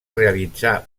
realitzà